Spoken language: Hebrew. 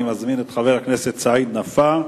אני מזמין את חבר הכנסת סעיד נפאע,